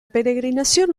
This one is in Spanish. peregrinación